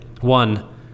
One